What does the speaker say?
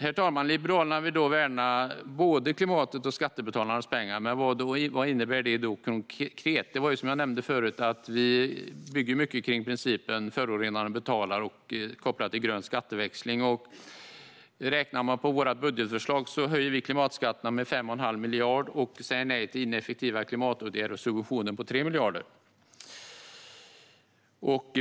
Herr talman! Liberalerna vill värna både klimatet och skattebetalarnas pengar, men vad innebär detta konkret? Som jag nämnde förut bygger vi mycket kring principen om att förorenaren betalar, kopplat till grön skatteväxling. Räknar man på vårt budgetförslag höjer vi klimatskatterna med 5,5 miljarder och säger nej till ineffektiva klimatåtgärder och subventioner på 3 miljarder.